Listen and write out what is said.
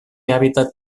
hàbitat